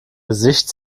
gesicht